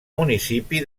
municipi